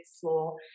floor